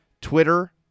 Twitter